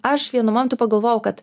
aš vienu momentu pagalvojau kad